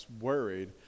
worried